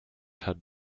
had